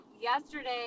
yesterday